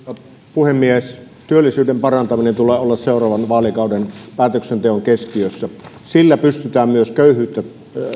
puhemies työllisyyden parantamisen tulee olla seuraavan vaalikauden päätöksenteon keskiössä sillä pystytään myös köyhyyttä